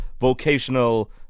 vocational